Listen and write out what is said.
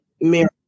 mirror